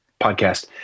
podcast